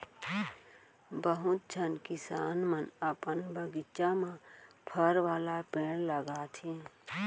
बहुत झन किसान मन अपन बगीचा म फर वाला पेड़ लगाथें